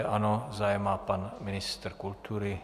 Ano, zájem má pan ministr kultury.